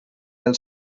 del